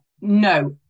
No